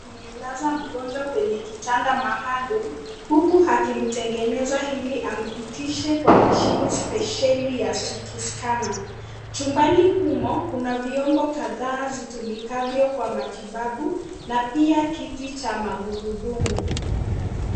Amemlaza mgonjwa kwenyekitanda maalum huku akimtengeneza ili ampitishe kwa mashine spesheli ya CT scanner .Chumbani humo kuna vyomo kadhaa zitumikavyo kwa matibabu na pia kiti cha magurudumu.